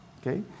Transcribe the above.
Okay